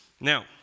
Now